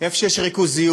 במקום שיש ריכוזיות,